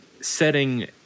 setting